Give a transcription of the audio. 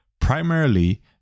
primarily